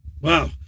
Wow